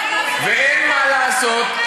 ואין מה לעשות,